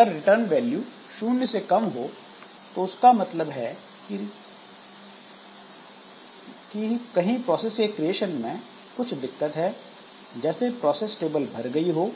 अगर return value 0 से कम हो उसका मतलब है कि कहीं प्रोसेस के क्रिएशन में कुछ दिक्कत है जैसे प्रोसेस टेबल भर गई हो